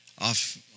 off